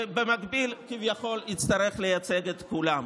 ובמקביל כביכול יצטרך לייצג את כולם.